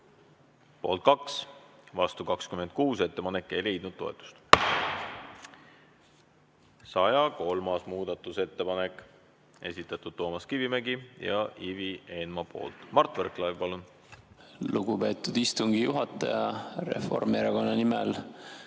Poolt 2, vastu 26. Ettepanek ei leidnud toetust. 103. muudatusettepanek, esitanud Toomas Kivimägi ja Ivi Eenmaa. Mart Võrklaev, palun! Lugupeetud istungi juhataja! Reformierakonna nimel